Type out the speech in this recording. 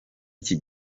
iki